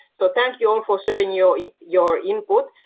but thank you all for sharing your your input.